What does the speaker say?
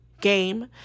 game